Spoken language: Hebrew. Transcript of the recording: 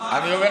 אני עליתי לפה,